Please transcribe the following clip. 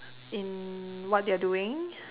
in what they are doing